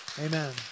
Amen